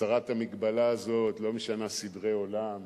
הסרת המגבלה הזאת לא משנה סדרי עולם.